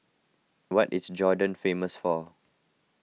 what is Jordan famous for